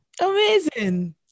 Amazing